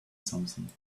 something